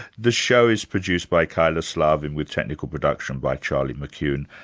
the show is produced by kyla slaven, with technical production by charlie mckune.